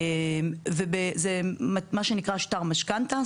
זה מה שנקרא שטר משכנתא,